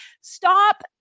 stop